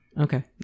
Okay